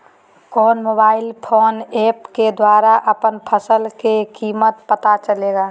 कौन mobile phone app के द्वारा अपन फसल के कीमत पता चलेगा?